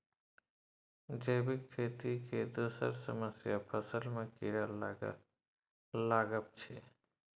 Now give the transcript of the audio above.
जैबिक खेती केर दोसर समस्या फसल मे कीरा लागब छै